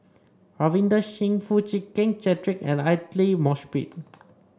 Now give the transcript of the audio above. Ravinder Singh Foo Chee Keng Cedric and Aidli Mosbit